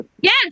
Yes